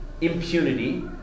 impunity